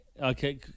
okay